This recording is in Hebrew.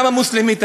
גם המוסלמית,